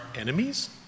enemies